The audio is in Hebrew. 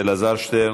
אלעזר שטרן,